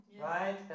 Right